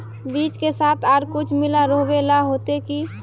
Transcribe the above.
बीज के साथ आर कुछ मिला रोहबे ला होते की?